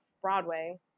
Broadway